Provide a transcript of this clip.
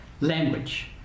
language